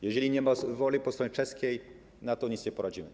Jeżeli nie ma woli po stronie czeskiej, to nic na to nie poradzimy.